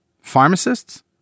Pharmacists